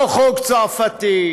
לא חוק צרפתי,